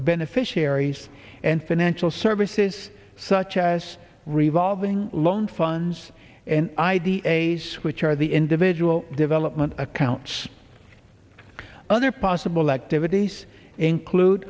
beneficiaries and financial services such as revolving loan funds and i d s which are the individual development accounts other possible activities include